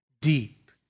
deep